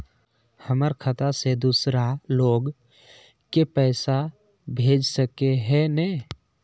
हमर खाता से दूसरा लोग के पैसा भेज सके है ने?